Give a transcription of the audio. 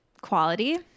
quality